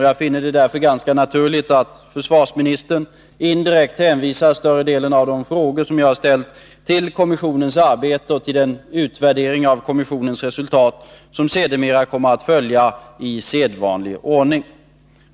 Jag finner det därför naturligt att försvarsministern indirekt hänvisar större delen av de frågor som jag har ställt till kommissionens arbete och den utvärdering av kommissionens resultat som sedermera kommer att följa i sedvanlig ordning.